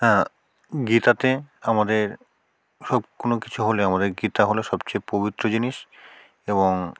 হ্যাঁ গীতাতে আমাদের সব কোনো কিছু হলে আমাদের গীতা হলো সবচেয়ে পবিত্র জিনিস এবং